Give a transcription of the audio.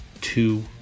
two